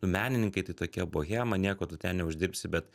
menininkai tai tokia bohema nieko tu ten neuždirbsi bet